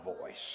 voice